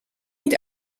niet